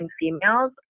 females